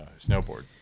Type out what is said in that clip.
snowboard